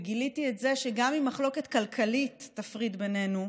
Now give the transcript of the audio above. וגיליתי את זה שגם אם מחלוקת כלכלית תפריד בינינו,